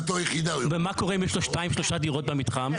ומה קורה אם יש לו שתיים-שלוש דירות במתחם?